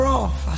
off